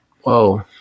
Whoa